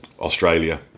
Australia